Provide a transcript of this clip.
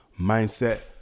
mindset